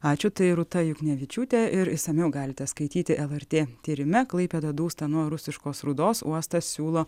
ačiū tai rūta juknevičiūtė ir išsamiau galite skaityti lrt tyrime klaipėda dūsta nuo rusiškos rūdos uostas siūlo